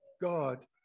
God